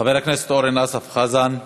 חבר הכנסת אורן אסף חזן,